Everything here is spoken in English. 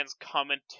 comment